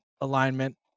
alignment